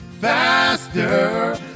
faster